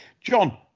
John